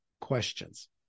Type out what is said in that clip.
questions